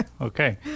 Okay